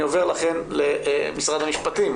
הדיבור למשרד המשפטים.